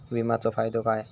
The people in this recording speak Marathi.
विमाचो फायदो काय?